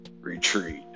retreat